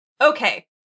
Okay